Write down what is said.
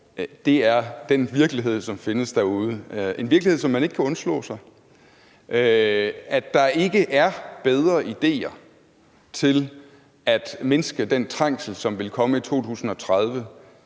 er den virkelighed, som findes derude – en virkelighed, som man ikke kan unddrage sig – og at der ikke er bedre ideer til at mindske den trængsel, som vil komme i 2030,